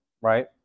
right